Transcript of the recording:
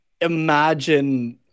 imagine